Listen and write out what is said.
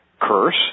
curse